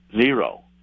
Zero